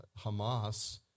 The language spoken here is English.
Hamas